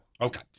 okay